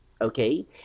Okay